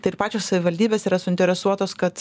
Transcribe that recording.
tai ir pačios savivaldybės yra suinteresuotos kad